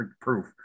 proof